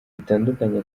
bitandukanye